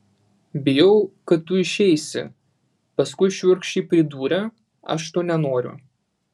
bijau kad tu išeisi paskui šiurkščiai pridūrė aš to nenoriu